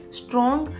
strong